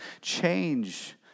change